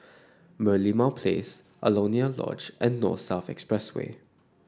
Merlimau Place Alaunia Lodge and North South Expressway